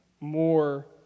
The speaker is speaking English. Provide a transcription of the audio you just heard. more